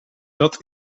dat